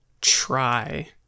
try